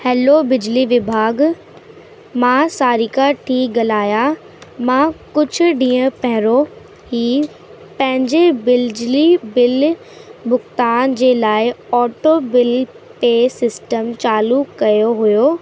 hello बिजली विभाॻु मां सारिका थी ॻाल्हायां मां कुझु ॾींहं पहिरियों ई पंहिंजे बिजली बिल भुगतान जे लाइ ऑटो बिल पे सिस्टम चालू कयो हुयो